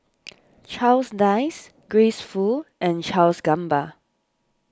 Charles Dyce Grace Fu and Charles Gamba